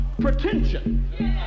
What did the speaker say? pretension